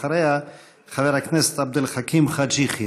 אחריה, חבר הכנסת עבד אל חכים חאג' יחיא.